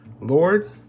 Lord